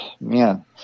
man